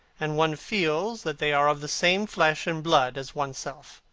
and one feels that they are of the same flesh and blood as one's self.